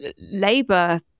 Labour